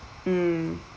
mm